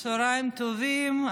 צוהריים טובים.